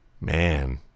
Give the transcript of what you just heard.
Man